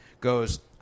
goes